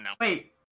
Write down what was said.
Wait